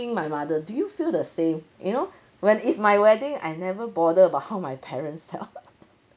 my mother do you feel the same you know when is my wedding I never bother about how my parents felt